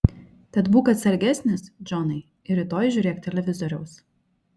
tad būk atsargesnis džonai ir rytoj žiūrėk televizoriaus